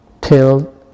till